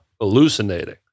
hallucinating